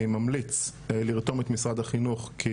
אני ממליץ לרתום את משרד החינוך לוועדה הזאת,